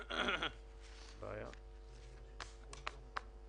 דיברתי על קריסת המפעלים באופן כללי,